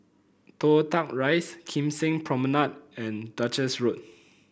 Toh Tuck Rise Kim Seng Promenade and Duchess Road